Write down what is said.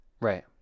Right